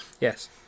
Yes